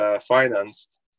financed